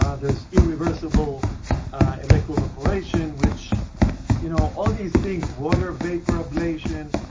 ah there is irreversible electroevaporation, which you know all these things. water vapor ablation.